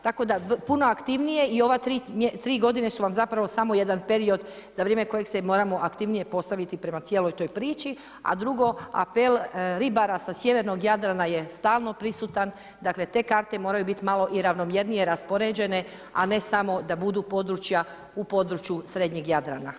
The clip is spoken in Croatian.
Tako da puno aktivnije i ove 3 godine su vam zapravo samo jedan period za vrijeme kojeg se moramo aktivnije postaviti prema cijeloj toj priči, a drugo apel ribara sa sjevernog Jadrana je stalno prisutan, dakle te karte moraju biti i malo ravnomjernije raspoređene, a ne samo da budu područja u području srednjeg Jadrana.